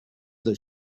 that